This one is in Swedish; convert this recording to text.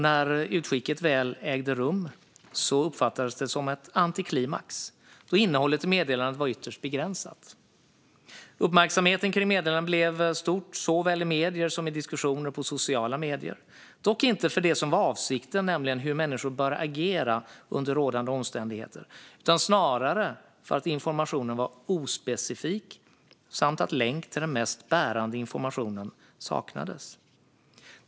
När utskicket väl ägde rum uppfattades det som ett antiklimax, då innehållet i meddelandet var ytterst begränsat. Uppmärksamheten kring meddelandet blev stor, såväl i medier som i diskussioner på sociala medier - dock inte för det som var avsikten, nämligen hur människor borde agera under rådande omständigheter, utan snarare för att informationen var ospecifik och för att det saknades en länk till den mest bärande informationen.